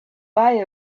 buy